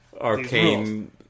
Arcane